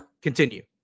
Continue